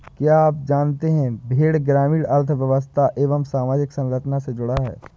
क्या आप जानते है भेड़ ग्रामीण अर्थव्यस्था एवं सामाजिक संरचना से जुड़ा है?